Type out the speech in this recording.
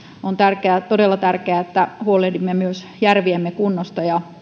on todella tärkeää että huolehdimme myös järviemme kunnosta ja